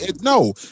No